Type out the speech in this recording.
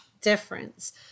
difference